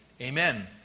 Amen